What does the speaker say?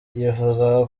yifuzaga